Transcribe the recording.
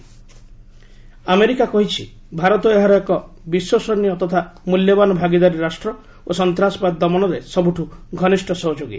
US India America କହିଛି ଭାରତ ଏହାର ଏକ ବିଶ୍ୱସନୀୟ ତଥା ମୂଲ୍ୟବାନ୍ ଭାଗିଦାର ରାଷ୍ଟ୍ର ଓ ସନ୍ତାସବାଦ ଦମନରେ ସବୁଠୁ ୍ଘନିଷ୍ଠ ସହଯୋଗୀ